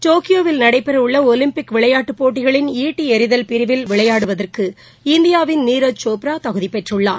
டோக்கியோவில் நடைபெறவுள்ள ஒலிம்பிக் விளையாட்டுப் பேட்டிகளின் ஈட்டி எறிதல் போட்டியில் விளையாடுவதற்கு இந்தியாவின் நீரஜ் சோப்ரா தகுதிபெற்றுள்ளார்